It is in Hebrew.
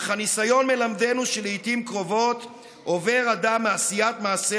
אך הניסיון מלמדנו שלעיתים קרובות עובר אדם מעשיית מעשה